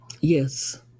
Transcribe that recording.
Yes